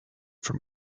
from